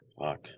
Fuck